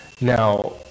Now